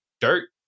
dirt